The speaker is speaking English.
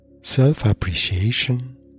Self-appreciation